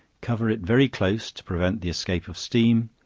cover it very close to prevent the escape of steam,